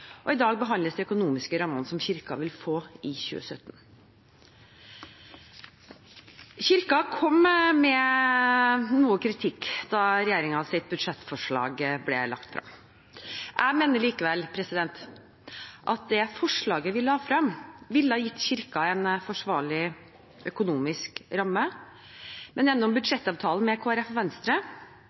I dag behandles de økonomiske rammene som Kirken vil få i 2017. Kirken kom med noe kritikk da regjeringens budsjettforslag ble lagt frem. Jeg mener likevel at det forslaget vi la frem, ville ha gitt Kirken forsvarlige økonomiske rammer. Men gjennom budsjettavtalen med Kristelig Folkeparti og Venstre